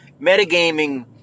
metagaming